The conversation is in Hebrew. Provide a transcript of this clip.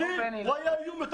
בשבילי הוא היה איום יותר